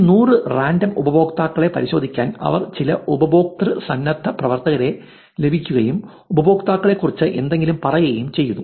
ഈ 100 റാൻഡം ഉപയോക്താക്കളെ പരിശോധിക്കാൻ അവർക്ക് ചില ഉപയോക്തൃ സന്നദ്ധപ്രവർത്തകരെ ലഭിക്കുകയും ഉപയോക്താക്കളെക്കുറിച്ച് എന്തെങ്കിലും പറയുകയും ചെയ്തു